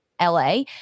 LA